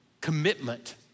commitment